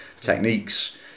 techniques